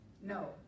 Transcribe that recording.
no